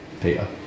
Peter